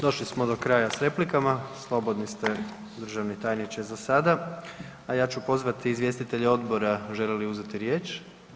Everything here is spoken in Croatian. Došli smo do kraja s replikama, slobodni ste državni tajniče za sada, a ja ću pozvati izvjestitelje odbora želi li uzeti riječ.